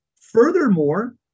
Furthermore